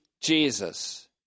Jesus